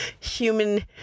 human